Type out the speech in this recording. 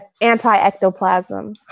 anti-ectoplasm